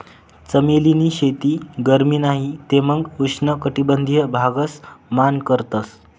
चमेली नी शेती गरमी नाही ते मंग उष्ण कटबंधिय भागस मान करतस